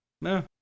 no